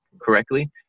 correctly